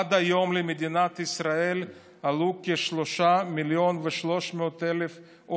עד היום למדינת ישראל עלו כ-3.3 מיליון עולים,